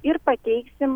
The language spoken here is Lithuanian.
ir pateiksim